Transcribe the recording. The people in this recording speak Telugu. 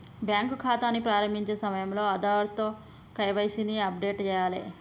బ్యాంకు ఖాతాని ప్రారంభించే సమయంలో ఆధార్తో కేవైసీ ని అప్డేట్ చేయాలే